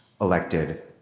elected